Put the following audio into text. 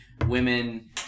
women